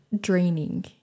draining